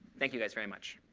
thank you, guys, very much.